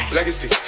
Legacy